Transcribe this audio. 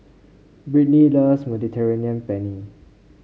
Brittnee loves Mediterranean Penne